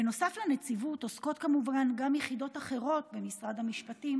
בנוסף לנציבות, גם יחידות אחרות במשרד המשפטים